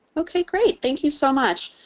okay, great. thank you so much.